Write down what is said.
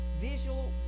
visual